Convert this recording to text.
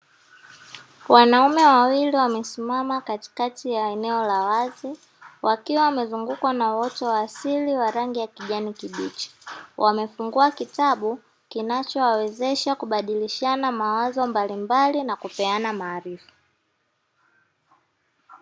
Wanaume wawili wamesimama katikati ya eneo la wazi wakiwa wamezungukwa na wote wa asili wa rangi ya kijani kibichi, wamefungua kitabu kinachowawezesha kubadilishana mawazo mbalimbali na kupeana maarifa.